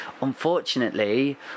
unfortunately